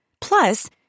Plus